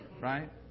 right